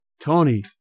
Tony